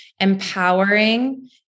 empowering